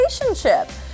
relationship